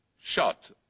shot